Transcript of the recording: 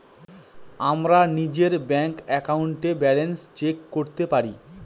আমরা নিজের ব্যাঙ্ক একাউন্টে ব্যালান্স চেক করতে পারি